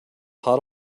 hot